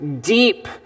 deep